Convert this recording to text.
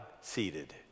seated